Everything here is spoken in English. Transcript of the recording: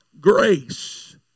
grace